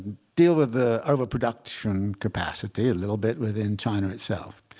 deal with the overproduction capacity a little bit within china itself.